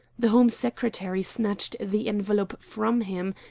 the home secretary snatched the envelope from him,